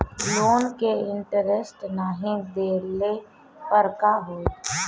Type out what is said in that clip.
Loan के interest नाही देहले पर का होई?